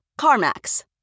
CarMax